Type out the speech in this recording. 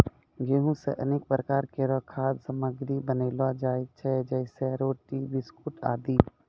गेंहू सें अनेक प्रकार केरो खाद्य सामग्री बनैलो जाय छै जैसें रोटी, बिस्कुट आदि